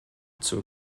zur